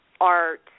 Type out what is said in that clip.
art